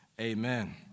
Amen